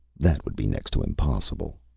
that would be next to impossible,